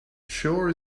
sure